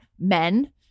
men